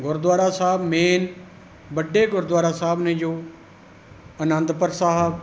Gurdwara Sahib main ਵੱਡੇ ਗੁਰਦੁਆਰਾ ਸਾਹਿਬ ਨੇ ਜੋ ਅਨੰਦਪੁਰ ਸਾਹਿਬ